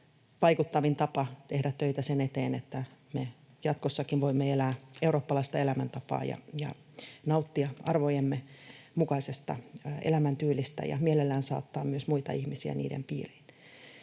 vaikuttavin tapa tehdä töitä sen eteen, että me jatkossakin voimme elää eurooppalaista elämäntapaa ja nauttia arvojemme mukaisesta elämäntyylistä ja mielellään saattaa myös muita ihmisiä niiden piiriin.